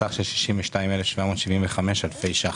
סך של 62,775 אלפי שקלים.